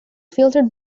filtered